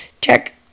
Check